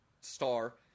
star